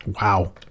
Wow